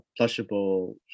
plushable